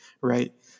Right